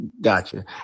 Gotcha